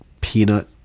peanut